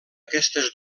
aquestes